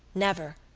never.